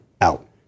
out